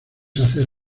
hacer